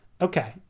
Okay